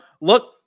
look